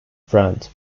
friend